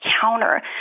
counter